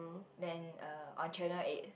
then uh on channel eight